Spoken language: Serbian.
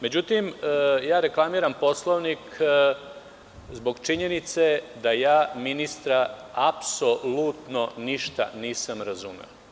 Međutim, reklamiram Poslovnik zbog činjenice da ja ministra apsolutno ništa nisam razumeo.